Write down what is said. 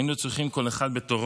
היינו צריכים, כל אחד בתורו,